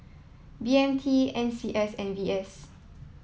B M T N C S and V S